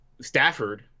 Stafford